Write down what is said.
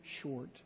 short